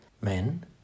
Men